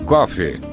Coffee